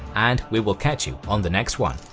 and we will catch you on the next one.